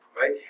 right